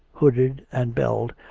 hooded and belled,